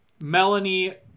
Melanie